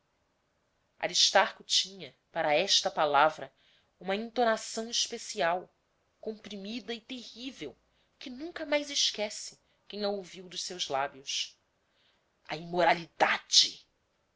imoralidade aristarco tinha para esta palavra uma entonação especial comprimida e terrível que nunca mais esquece quem a ouviu dos seus lábios a imoralidade